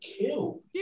kill